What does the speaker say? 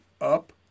up